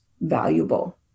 valuable